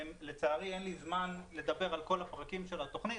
לצערי אין לי זמן לדבר על כל הפרקים של התוכנית,